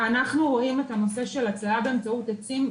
אנחנו רואים את הנושא של הצללה באמצעות עצים,